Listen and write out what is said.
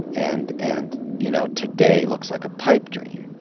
and and you know today looks like a pipe dream.